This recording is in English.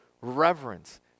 reverence